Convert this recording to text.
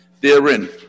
therein